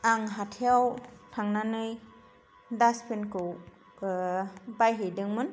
आं हाथायाव थांनानै दास्टबिनखौ बायहैदोंमोन